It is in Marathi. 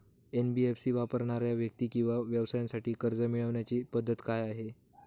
एन.बी.एफ.सी वापरणाऱ्या व्यक्ती किंवा व्यवसायांसाठी कर्ज मिळविण्याची पद्धत काय आहे?